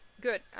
good